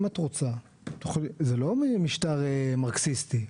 אם את רוצה, זה לא ממשטר מרקסיסטי.